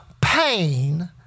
pain